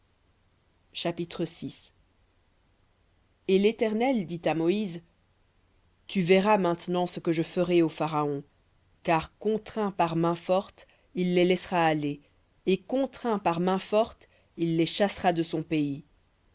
chapitre et l'éternel dit à moïse tu verras maintenant ce que je ferai au pharaon car par main forte il les laissera aller et par main forte il les chassera de son pays